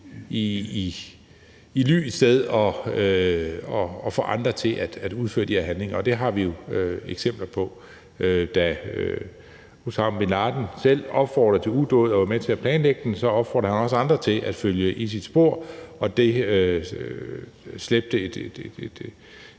i ly et sted og få andre til at udføre de her handlinger. Og det har vi jo eksempler på. Da Osama bin Laden selv opfordrede til en udåd og var med til at planlægge den, opfordrede han også andre til at følge i sit spor, og det trak et